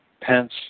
Pence